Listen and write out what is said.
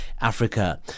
Africa